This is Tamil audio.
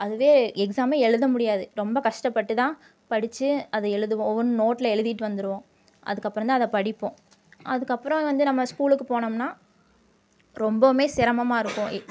அதுவே எக்ஸாம் எழுத முடியாது ரொம்ப கஷ்டப்பட்டு தான் படித்து அதை எழுதுவோம் ஒவ்வொன்றும் நோட்டில் எழுதிட்டு வந்துடுவோம் அதுக்கப்புறம் தான் அதை படிப்போம் அதுக்கப்புறம் வந்து நம்ம ஸ்கூலுக்கு போனோம்னா ரொம்பவும் சிரமமாக இருக்கும்